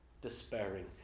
despairing